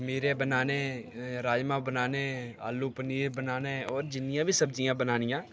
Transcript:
खमीरे बनाने राजमां बनाने आलू पनीर बनाने होर जिन्नियां बी सब्जियां बनानियां